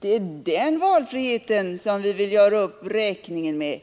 Det är denna valfrihet som vi vill göra upp räkningen med.